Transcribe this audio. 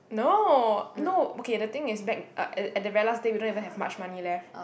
no no okay the thing is back uh at the very last day we don't even have much money left